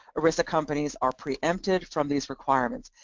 erisa companies are preempted from these requirements,